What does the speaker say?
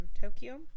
Tokyo